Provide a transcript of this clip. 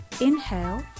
inhale